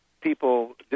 people